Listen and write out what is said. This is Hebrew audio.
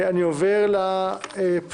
אני עובר לפטור.